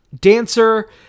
dancer